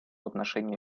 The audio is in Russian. отношение